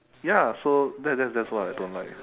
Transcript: ya so that's that's that's what I don't like